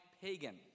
pagan